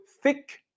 thick